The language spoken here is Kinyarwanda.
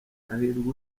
hahirwa